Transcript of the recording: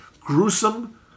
Gruesome